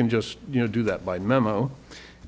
can just you know do that by memo